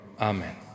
Amen